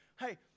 Hey